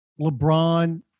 LeBron